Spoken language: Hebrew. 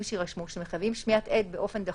שיירשמו שמחייבים שמיעת עד באופן דחוף,